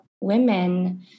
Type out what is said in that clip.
women